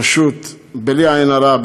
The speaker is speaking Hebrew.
פשוט בלי עין הרע,